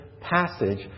passage